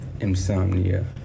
insomnia